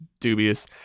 Dubious